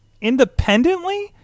Independently